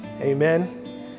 Amen